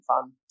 fun